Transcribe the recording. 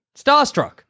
Starstruck